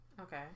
Okay